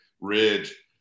ridge